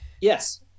Yes